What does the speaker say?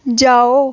जाओ